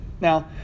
Now